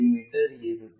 me இருக்கும்